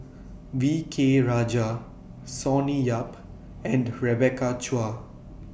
V K Rajah Sonny Yap and Rebecca Chua